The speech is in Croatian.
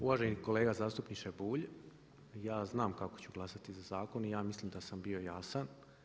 Uvaženi kolega zastupniče Bulj, ja znam kako ću glasati za zakon i ja mislim da sam bio jasan.